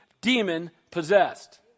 demon-possessed